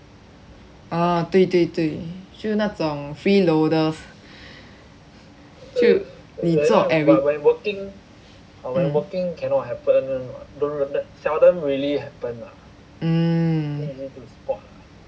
ah 对对对就是那种 free loaders 就你做 every~ mm